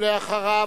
ואחריו,